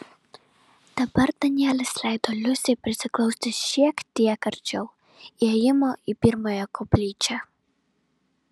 dabar danielis leido liusei prisiglausti šiek tiek arčiau įėjimo į pirmąją koplyčią